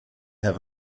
have